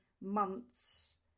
months